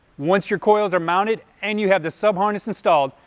once your coils are mounted and you have the sub-harness installed,